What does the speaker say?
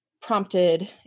prompted